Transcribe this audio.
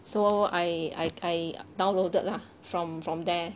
so I I I downloaded lah from there